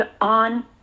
on